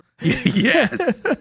Yes